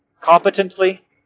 competently